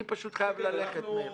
אני פשוט חייב ללכת, מאיר.